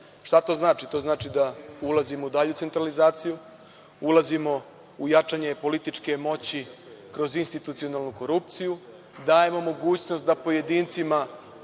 Šta to znači? To znači da ulazimo u dalju centralizaciju, ulazimo u jačanje političke moći kroz institucionalnu korupciju, dajemo mogućnost da pojedinci